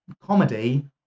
Comedy